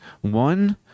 one